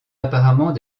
apparemment